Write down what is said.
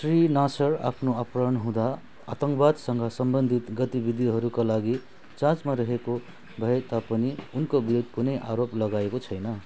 Shri Nasr आफ्नो अपहरण हुँदा आतङ्कवादसँग सम्बन्धित गतिविधिहरूका लागि चार्जमा रहेको भए तापनि उनको विरुद्ध कुनै आरोप लगाएको छैन